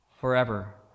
forever